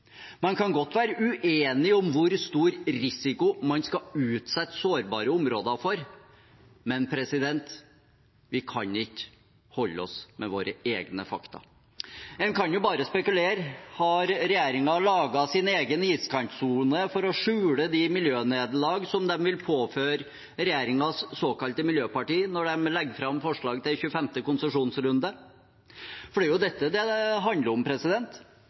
Man kan godt være uenig om hvor stor risiko man skal utsette sårbare områder for, men vi kan ikke holde oss med våre egne fakta. En kan bare spekulere: Har regjeringen laget sin egen iskantsone for å skjule de miljønederlag som den vil påføre regjeringens såkalte miljøparti når den legger fram forslag til 25. konsesjonsrunde? Det er jo dette det handler om.